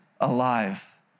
alive